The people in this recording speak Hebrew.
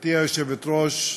גברתי היושבת-ראש,